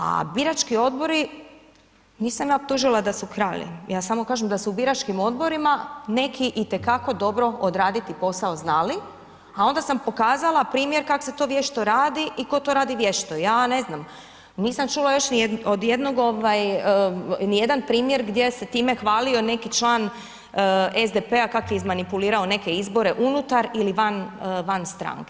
A birački odbori, nisam ja optužila da su krali, ja samo kažem da su u biračkim odborima neki itekako dobro odraditi posao znali a onda sam pokazala primjer kako se to vješto radi i tko to radi vješto jer ja ne znam, nisam čula još nijedan primjer gdje se time hvalio neki član SDP-a kako je izmanipulirao neke izbore unutar ili van stranke.